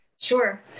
Sure